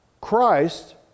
Christ